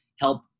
help